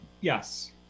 Yes